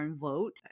Vote